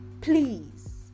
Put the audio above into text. please